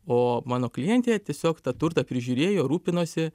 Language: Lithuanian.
o mano klientė tiesiog tą turtą prižiūrėjo rūpinosi